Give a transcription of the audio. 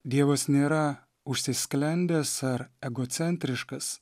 dievas nėra užsisklendęs ar egocentriškas